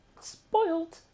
Spoiled